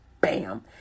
bam